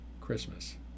Christmas